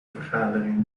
vergadering